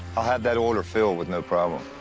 i'll have that order filled with no problem.